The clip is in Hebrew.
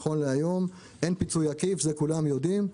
נכון להיום אין פיצוי עקיף זה כולם יודעים.